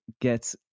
get